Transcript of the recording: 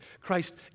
Christ